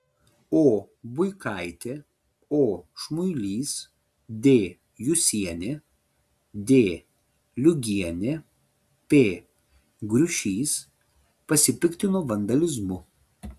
o buikaitė o šmuilys d jusienė d liugienė p griušys pasipiktino vandalizmu